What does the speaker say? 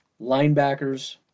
linebackers